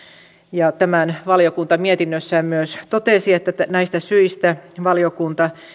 ja valiokunta mietinnössään myös totesi että näistä syistä valiokunta